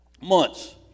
months